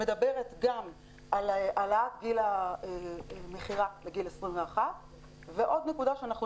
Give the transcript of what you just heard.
מדברת גם על העלאת גיל המכירה לגיל 21. עוד נקודה שאנחנו